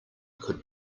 could